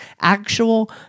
Actual